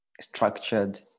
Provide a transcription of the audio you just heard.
structured